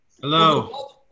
Hello